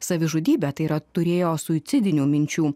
savižudybę tai yra turėjo suicidinių minčių